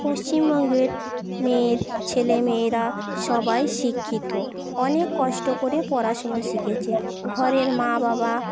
পশ্চিমবঙ্গের মেয়ের ছেলেমেয়েরা সবাই শিক্ষিত অনেক কষ্ট করে পড়াশুনা শিখেছে ঘরের মা বাবা